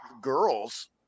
girls